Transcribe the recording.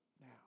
now